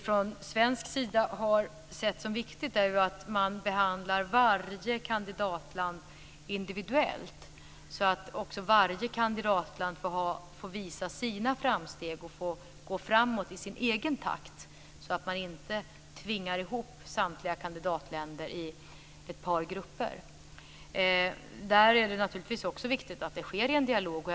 Från svensk sida har vi sett det som viktigt att man behandlar varje kandidatland individuellt så att varje kandidatland får visa sina framsteg och får går framåt i sin egen takt. Man ska inte tvinga ihop samtliga kandidatländer i ett par grupper. Det är viktigt att det sker en dialog där.